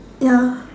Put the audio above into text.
ya